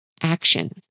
action